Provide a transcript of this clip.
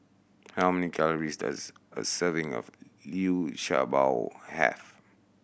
how many calories does a serving of Liu Sha Bao have